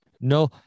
No